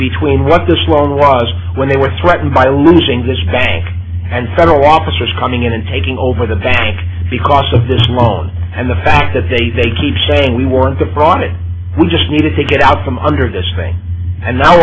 between what this law was when they were threatened by losing this bank and federal officers coming in and taking over the bank because of this loan and the fact that they they keep saying we want to broaden it we just needed to get out from under this thing and now